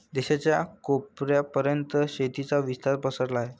देशाच्या कोपऱ्या पर्यंत शेतीचा विस्तार पसरला आहे